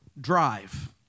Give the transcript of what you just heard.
drive